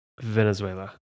Venezuela